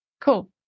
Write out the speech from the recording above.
Cool